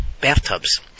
bathtubs